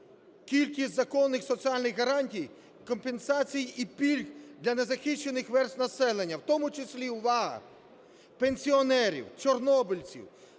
кількість законних соціальних гарантій, компенсацій і пільг для незахищених верств населення, в тому числі – увага! – пенсіонерів, чорнобильців,